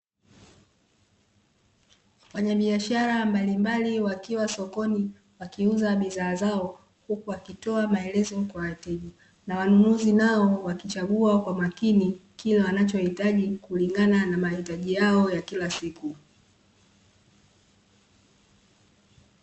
Wafanyabiashara mbalimbali wakiwa sokoni, wakiuza bidhaa zao huku wakitoa maelezo kwa wateja. Na wanunuzi nao wakichagua kwa makini kile wanachohitaji kulingana na mahitaji yao ya kila siku.